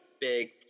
big